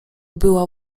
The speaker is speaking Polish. była